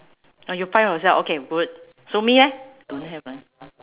ah you fly yourself okay good so me eh don't have eh